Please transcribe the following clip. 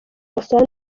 gasana